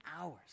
hours